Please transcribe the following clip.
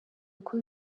uko